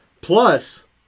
Plus